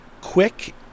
quick